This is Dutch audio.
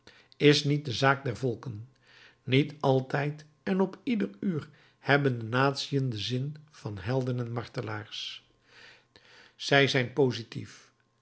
is niet de zaak der volken niet altijd en op ieder uur hebben de natiën den zin van helden en martelaars zij zijn positief